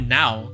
now